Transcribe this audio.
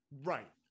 Right